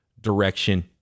direction